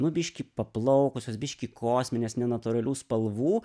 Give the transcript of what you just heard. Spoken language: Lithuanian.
nu biškį paplaukusios biškį kosminės nenatūralių spalvų